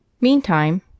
Meantime